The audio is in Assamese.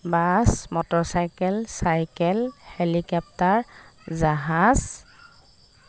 বাছ মটৰচাইকেল চাইকেল হেলিকাপ্টাৰ জাহাজ